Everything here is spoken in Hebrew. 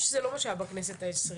זה לא מה שהיה בכנסת העשרים.